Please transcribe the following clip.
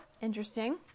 Interesting